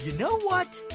you know what?